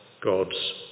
God's